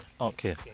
okay